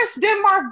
Denmark